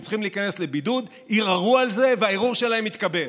צריכים להיכנס לבידוד ערערו על זה והערעור שלהם התקבל.